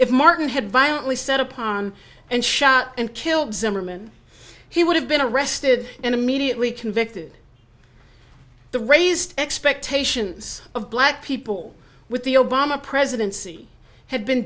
if martin had violently set upon and shot and killed zimmerman he would have been arrested and immediately convicted the raised expectations of black people with the obama presidency had been